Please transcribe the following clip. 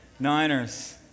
Niners